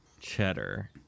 cheddar